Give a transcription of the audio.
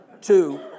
Two